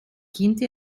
kind